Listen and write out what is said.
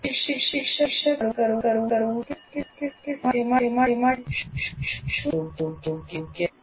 પ્રશિક્ષકે નક્કી કરવું જોઈએ કે સામર્થ્ય માટે શું સૌથી યોગ્ય છે